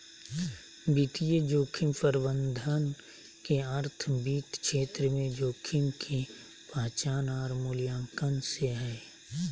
वित्तीय जोखिम प्रबंधन के अर्थ वित्त क्षेत्र में जोखिम के पहचान आर मूल्यांकन से हय